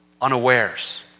unawares